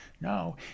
No